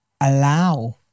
allow